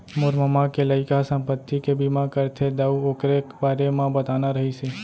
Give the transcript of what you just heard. मोर ममा के लइका ह संपत्ति के बीमा करथे दाऊ,, ओकरे बारे म बताना रहिस हे